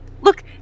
look